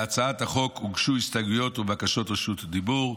להצעת החוק הוגשו הסתייגויות ובקשות רשות דיבור.